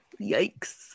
Yikes